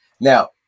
Now